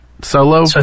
solo